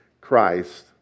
Christ